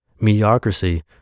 mediocrity